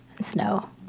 Snow